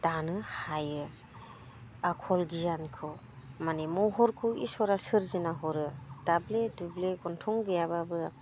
दानो हायो आखल गियानखौ मानि महरखौ इसोरा सोरजिना हरो दाब्ले दुब्ले गनथं गैयाब्लाबो